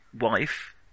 wife